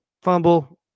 Fumble